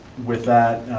with that,